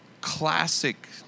classic